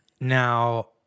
Now